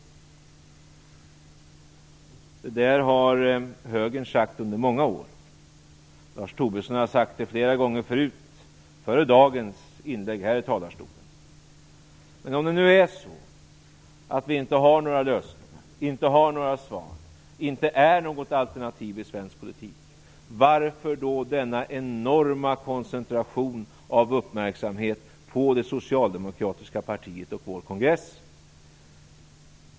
Det där har högern sagt under många år. Lars Tobisson har sagt det flera gånger förut, innan dagens inlägg här i talarstolen. Men om det nu är så att vi inte har några lösningar, inte har några svar, inte är något alternativ i svensk politik, varför då denna enorma koncentration av uppmärksamhet på det socialdemokratiska partiet och vår kongress?